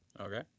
Okay